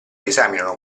esaminano